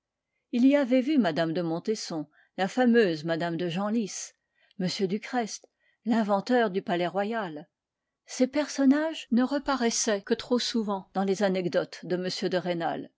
il y avait vu mme de montesson la fameuse mme de genlis m ducrest l'inventeur du palais roval ces personnages ne reparaissaient que trop souvent dans les anecdotes de m de rênal